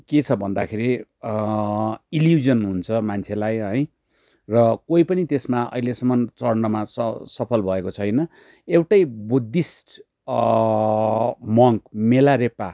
के छ भन्दाखेरि इलिउजन हुन्छ मान्छेलाई है र कोही पनि त्यसमा अहिलेसम्म चढ्नमा स सफल भएको छैन एउटै बुद्धिस्ट मङ्क मेलारेपा